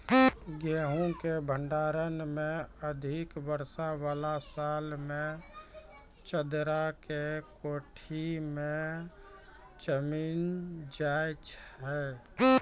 गेहूँ के भंडारण मे अधिक वर्षा वाला साल मे चदरा के कोठी मे जमीन जाय छैय?